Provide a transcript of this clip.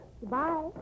goodbye